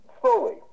slowly